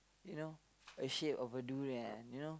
you know a shape of a durian you know